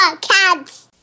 cats